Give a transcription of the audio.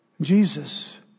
Jesus